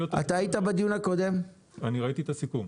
התכנון הזה הלך לאיבוד מכיוון שאי אפשר לבנות תחנה תחתית.